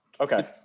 okay